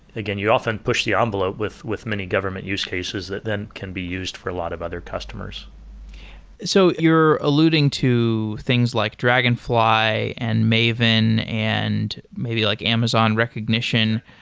again, you often push the envelope with with many government use cases, than then can be used for a lot of other customers so you're alluding to things like dragonfly and maven and maybe like amazon recognition.